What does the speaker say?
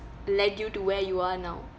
led you to where you are now